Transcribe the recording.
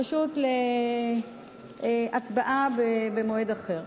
פשוט להצבעה במועד אחר.